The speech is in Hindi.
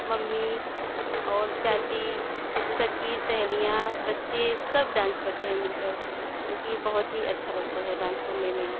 मम्मी और चाची सखी सहेलियाँ बच्चे सब डांस करते हैं मिल कर जो कि ये बहुत ही अच्छा लगता है डांस करने में